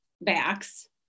backs